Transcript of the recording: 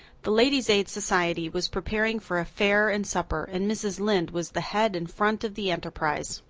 the ladies' aid society was preparing for a fair and supper, and mrs. lynde was the head and front of the enterprise.